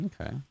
Okay